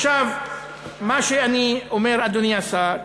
מה שאני אומר, אדוני השר,